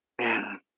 Man